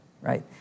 right